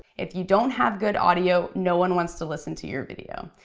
if you don't have good audio, no one wants to listen to your video.